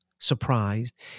surprised